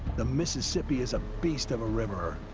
the mississippi is a beast of a river,